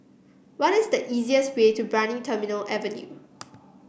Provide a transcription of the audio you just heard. what is the easiest way to Brani Terminal Avenue